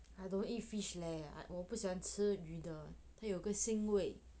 I don't eat fish leh 我不喜欢吃鱼的它有个腥味